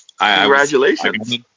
Congratulations